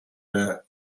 der